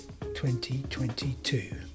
2022